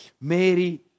Mary